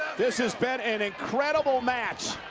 this has been an incredible match.